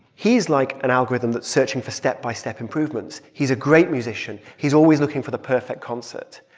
he's like an algorithm that searching for step-by-step improvements. he's a great musician. he's always looking for the perfect concert.